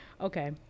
Okay